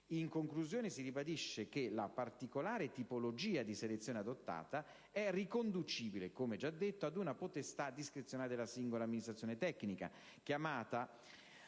In conclusione, si ribadisce che la particolare tipologia di selezione adottata è riconducibile, come già detto, ad una potestà discrezionale della singola amministrazione tecnica, chiamata